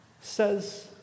says